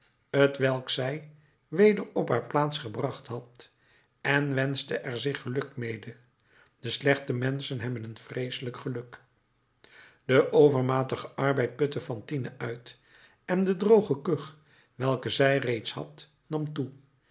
t welk zij weder op haar plaats gebracht had en wenschte er zich geluk mede de slechte menschen hebben een vreeselijk geluk de overmatige arbeid putte fantine uit en de droge kuch welke zij reeds had nam toe